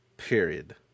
Period